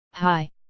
Hi